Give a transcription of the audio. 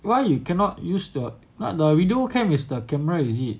why you cannot use to the the widow cam is the camera is it